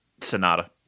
Sonata